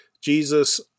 Jesus